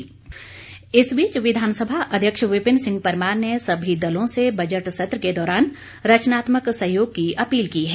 विपिन परमार इस बीच विधानसभा अध्यक्ष विपिन सिंह परमार ने सभी दलों से बजट सत्र के दौरान रचनात्मक सहयोग की अपील की है